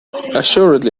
assuredly